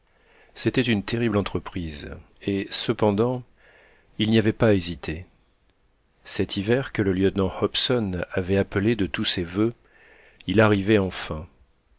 c'était une terrible entreprise et cependant il n'y avait pas à hésiter cet hiver que le lieutenant hobson avait appelé de tous ses voeux il arrivait enfin